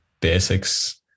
basics